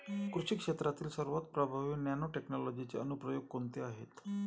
कृषी क्षेत्रातील सर्वात प्रभावी नॅनोटेक्नॉलॉजीचे अनुप्रयोग कोणते आहेत?